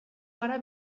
gara